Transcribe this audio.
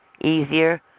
Easier